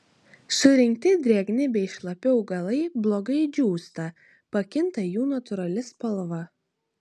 surinkti drėgni bei šlapi augalai blogai džiūsta pakinta jų natūrali spalva